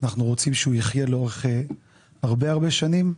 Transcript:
ואנחנו רוצים שהוא יחיה לאורך הרבה שנים.